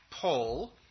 Paul